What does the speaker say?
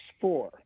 four